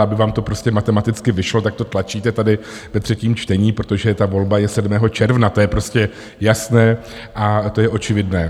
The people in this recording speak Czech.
Aby vám to prostě matematicky vyšlo, tak to tlačíte tady ve třetím čtení, protože ta volba je 7. června, to je prostě jasné a to je očividné.